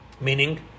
meaning